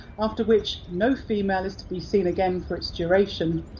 after which, no female is to be seen again for its duration,